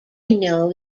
know